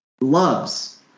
Loves